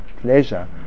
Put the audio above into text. pleasure